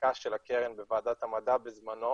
החקיקה של הקרן בוועדת המדע בזמנו